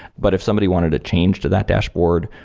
but if somebody wanted to change to that dashboard,